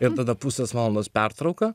ir tada pusės valandos pertrauka